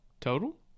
total